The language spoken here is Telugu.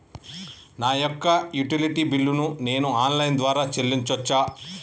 నా యొక్క యుటిలిటీ బిల్లు ను నేను ఆన్ లైన్ ద్వారా చెల్లించొచ్చా?